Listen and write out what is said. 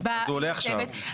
אז הוא עולה עכשיו.